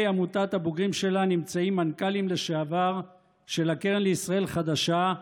עמותת הבוגרים שלה נמצאים מנכ"לים לשעבר של הקרן לישראל חדשה,